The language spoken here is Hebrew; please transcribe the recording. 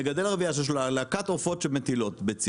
מגדל רבייה יש לו להקת עופות שמטילות ביצים,